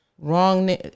wrong